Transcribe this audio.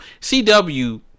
CW